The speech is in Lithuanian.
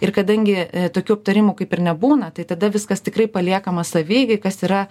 ir kadangi tokių aptarimų kaip ir nebūna tai tada viskas tikrai paliekama savieigai kas yra